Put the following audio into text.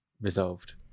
resolved